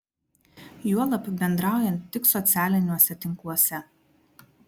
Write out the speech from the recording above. juolab bendraujant tik socialiniuose tinkluose